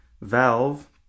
Valve